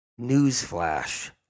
Newsflash